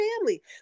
family